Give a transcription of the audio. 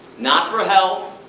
not for health,